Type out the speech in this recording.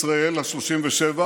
ישראל השלושים-ושבע